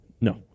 No